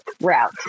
route